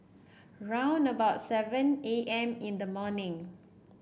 round about seven A M in the morning